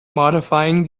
modifying